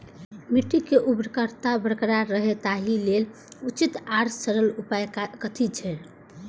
मिट्टी के उर्वरकता बरकरार रहे ताहि लेल उचित आर सरल उपाय कथी छे?